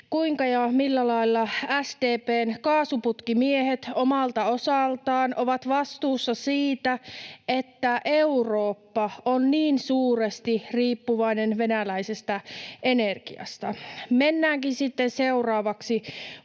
kuinka ja millä lailla SDP:n kaasuputkimiehet omalta osaltaan ovat vastuussa siitä, että Eurooppa on niin suuresti riippuvainen venäläisestä energiasta. Mennäänkin sitten seuraavaksi